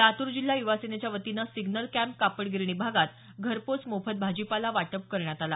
लातूर जिल्हा युवासेनेच्या वतीनं सिम्नल कॅम्प कापड गिरणी भागात घरपोच मोफत भाजीपाला वाटप करण्यात आला